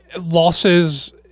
losses